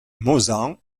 mauzan